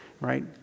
right